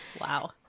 Wow